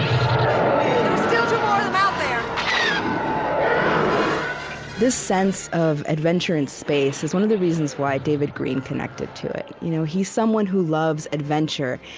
um this sense of adventure in space is one of the reasons why david greene connected to it. you know he's someone who loves adventure.